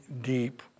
deep